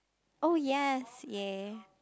oh yes yay